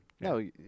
No